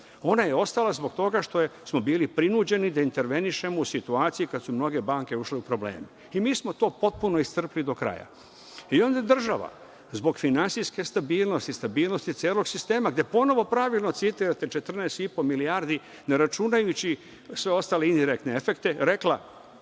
Ona je ostala zbog toga što smo bili prinuđeni da intervenišemo u situaciji kad su mnoge banke ušle u probleme. I mi smo to potpuno iscrpli do kraja. I onda je država, zbog finansijske stabilnosti, zbog stabilnosti celog sistema, gde ponovo pravilno citirate 14 i po milijardi, ne računajući sve ostale indirektne efekte, rekla